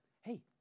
hey